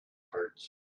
parts